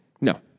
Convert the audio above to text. No